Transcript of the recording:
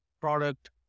product